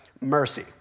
mercy